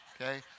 Okay